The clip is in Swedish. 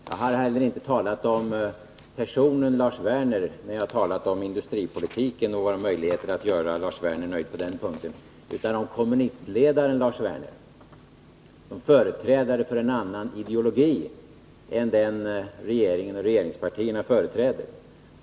Jag har heller inte talat om personen Lars Werner när jag har talat om industripolitiken och våra möjligheter att göra Lars Werners nöjd på den punkten, utan om kommunistledaren Lars Werner som företrädare för en annan ideologi än den regeringen och regeringspartierna företräder.